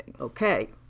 Okay